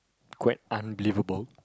quite unbelievable